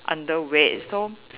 underweight so